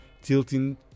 tilting